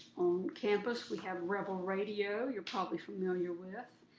campus, we have rebel radio, you're probably familiar with.